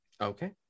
Okay